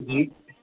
ਜੀ